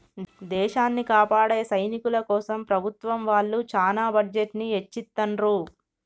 దేశాన్ని కాపాడే సైనికుల కోసం ప్రభుత్వం వాళ్ళు చానా బడ్జెట్ ని ఎచ్చిత్తండ్రు